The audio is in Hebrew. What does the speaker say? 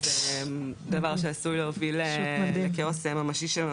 זה דבר שעשוי להוביל לכאוס ממשי.